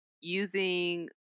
using